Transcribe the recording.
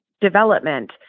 development